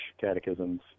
catechisms